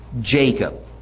Jacob